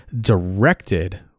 directed